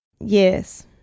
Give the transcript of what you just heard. Yes